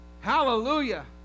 Hallelujah